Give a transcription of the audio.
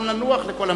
התש"ע 2009, נתקבל.